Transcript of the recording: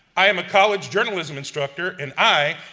i am a college journalism instructor, and i,